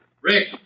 Rick